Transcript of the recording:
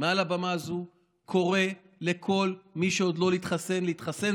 מעל הבמה הזו קורא לכל מי שעוד לא התחסן להתחסן,